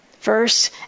Verse